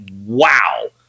wow